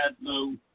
no